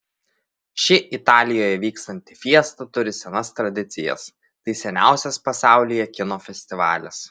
ši italijoje vykstanti fiesta turi senas tradicijas tai seniausias pasaulyje kino festivalis